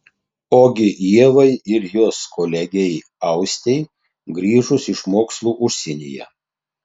ogi ievai ir jos kolegei austei grįžus iš mokslų užsienyje